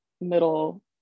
middle